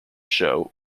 show